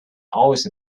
always